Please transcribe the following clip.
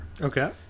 Okay